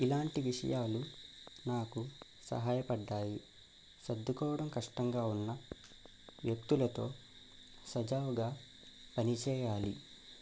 ఇలాంటి విషయాలు నాకు సహాయపడుతాయి సర్దుకోవడం కష్టంగా ఉన్న వ్యక్తులతో సజావుగా పనిచేయాలి